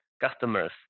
customers